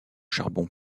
charbon